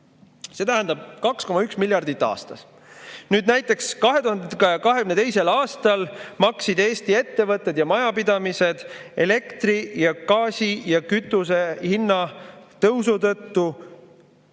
See tähendab 2,1 miljardit aastas. Näiteks 2022. aastal maksid Eesti ettevõtted ja majapidamised elektri, gaasi ja kütuse hinna tõusu tõttu